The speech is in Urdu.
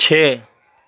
چھ